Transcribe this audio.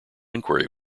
inquiry